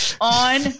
On